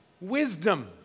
wisdom